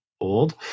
old